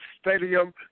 Stadium